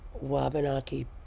Wabanaki